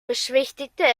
beschwichtigte